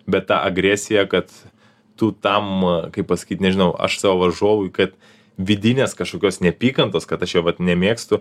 bet tą agresiją kad tu tam kaip pasakyt nežinau aš savo varžovui kad vidinės kažkokios neapykantos kad aš jo vat nemėgstu